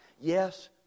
Yes